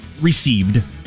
Received